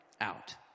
out